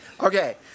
Okay